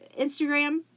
Instagram